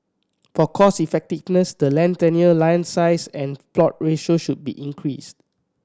for cost effectiveness the land tenure land size and plot ratio should be increased